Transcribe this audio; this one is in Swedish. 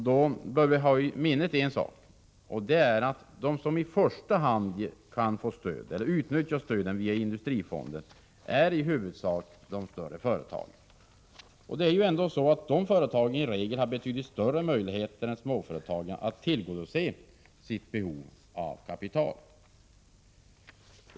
Då bör vi hålla en sak i minnet, och det är att de som i första hand kan utnyttja stöd via Industrifonden är i huvudsak de större företagen. Och de företagen har i regel betydligt större möjligheter än småföretagen att tillgodose sitt behov av kapital.